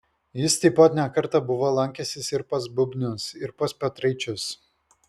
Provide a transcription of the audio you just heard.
jis taip pat ne kartą buvo lankęsis ir pas bubnius ir pas petraičius